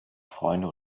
freunde